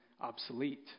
obsolete